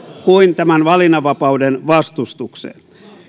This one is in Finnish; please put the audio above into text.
kuin tämän valinnanvapauden vastustukseen